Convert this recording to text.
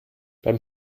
beim